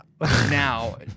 now